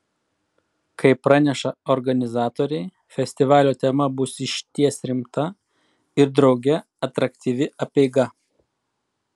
kaip praneša organizatoriai festivalio tema bus išties rimta ir drauge atraktyvi apeiga